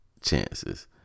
chances